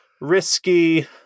risky